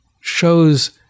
shows